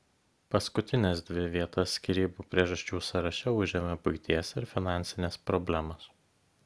paskutines dvi vietas skyrybų priežasčių sąraše užėmė buities ir finansinės problemos